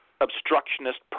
obstructionist